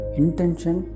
intention